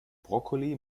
brokkoli